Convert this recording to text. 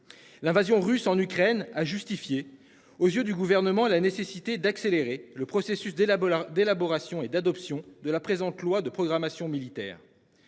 L'invasion russe en Ukraine a justifié aux yeux du gouvernement à la nécessité d'accélérer le processus d'élaboration d'élaboration et d'adoption de la présente loi de programmation militaire.